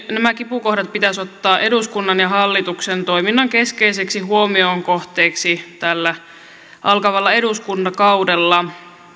nämä kipukohdat pitäisi ottaa eduskunnan ja hallituksen toiminnan keskeiseksi huomion kohteeksi tällä alkavalla eduskuntakaudella